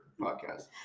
podcast